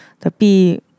Tapi